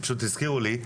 זה פשוט הזכירו לי,